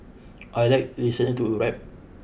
I like listening to rap